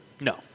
no